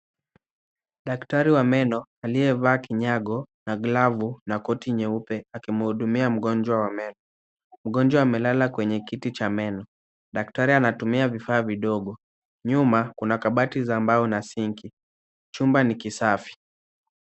Daktari wa meno aliyevaa kinyago na glavu na koti nyeupe akimhudumia mgonjwa wa meno ,mgonjwa amelala kwenye kiti Cha meno , daktari anatumia vifaa vidogo, nyuma Kuna kabati la mbao na sinki, chumba ni kisafi.